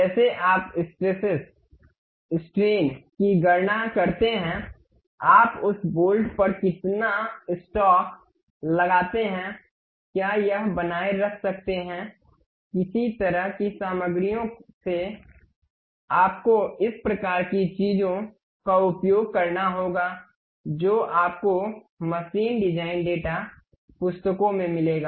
जैसे आप stresses strains की गणना करते हैं आप उस बोल्ट पर कितना स्टॉक लगाते हैं क्या यह बनाए रख सकते हैं किस तरह की सामग्रियों से आपको इस प्रकार की चीजों का उपयोग करना होगा जो आपको मशीन डिजाइन डेटा पुस्तकों में मिलेगा